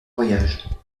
voyage